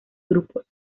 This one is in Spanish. grupos